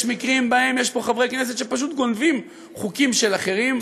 יש מקרים שבהם יש פה חברי כנסת שפשוט גונבים חוקים של אחרים.